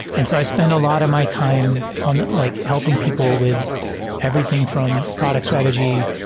and so i spent a lot of my time on like helping people with everything from product strategy,